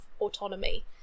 autonomy